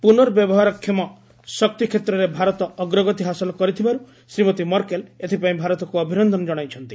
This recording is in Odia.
ପୁର୍ନବ୍ୟବହାରକ୍ଷମ ଶକ୍ତି କ୍ଷେତ୍ରରେ ଭାରତ ଅଗ୍ରଗତି ହାସଲ କରିଥିବାରୁ ଶ୍ରୀମତୀ ମର୍କେଲ୍ ଏଥିପାଇଁ ଭାରତକୁ ଅଭିନନ୍ଦନ ଜଣାଇଛନ୍ତି